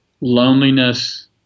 loneliness